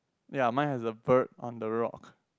ya mine has a bird on the rock